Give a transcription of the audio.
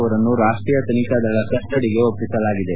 ಅವರನ್ನು ರಾಷ್ಟೀಯ ತನಿಖಾ ದಳ ಕಸ್ನಡಿಗೆ ಒಪ್ಪಿಸಲಾಗಿದೆ